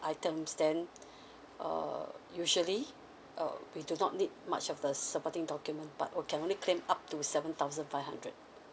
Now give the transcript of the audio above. items then uh usually uh we do not need much of the supporting document but you can only claim up to seven thousand five hundred